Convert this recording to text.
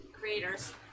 creator's